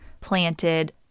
planted